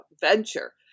venture